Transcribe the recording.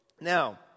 Now